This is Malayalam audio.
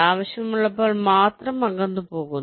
ആവശ്യമുള്ളപ്പോൾ മാത്രം നിങ്ങൾ അകന്നു പോകുന്നു